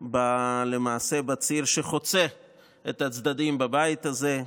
בציר שחוצה את הצדדים בבית הזה,